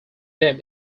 them